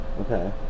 okay